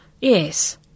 Yes